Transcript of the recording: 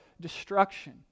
destruction